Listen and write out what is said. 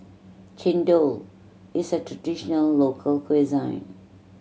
chendol is a traditional local cuisine